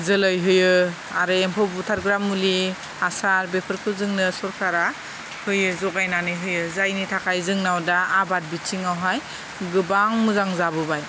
जोलै होयो आरो एम्फौ बुथारग्रा मुलि हासार बेफोरखौ जोंनो सरखारा होयो जगायनानै होयो जायनि थाखाय जोंनाव दा आबाद बिथिंआवहाय गोबां मोजां जाबोबाय